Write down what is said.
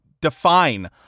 define